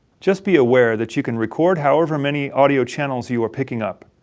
just be aware that you can record however many audio channels you are picking up.